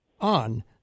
on